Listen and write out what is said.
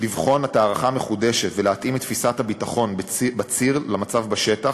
לבחון את ההערכה המחודשת ולהתאים את תפיסת הביטחון בציר למצב בשטח,